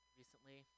recently